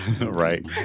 Right